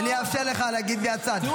אם